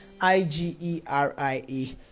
I-G-E-R-I-E